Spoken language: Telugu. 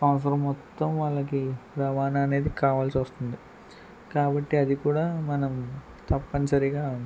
సంవత్సరం మొత్తం వాళ్ళకి రవాణా అనేది కావాల్సి వస్తుంది కాబట్టి అది కూడా మనం తప్పనిసరిగా